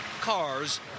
cars